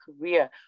career